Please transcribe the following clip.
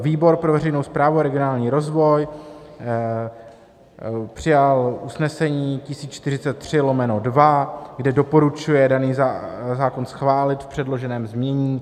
Výbor pro veřejnou správu a regionální rozvoj přijal usnesení 1043/2, kde doporučuje daný zákon schválit v předloženém znění.